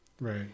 Right